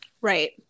right